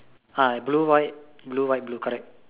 ah blue white blue white blue correct